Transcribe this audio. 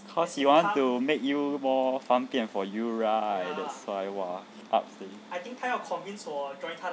cause you want to make you more 方便 for you right that's why !wah! up steady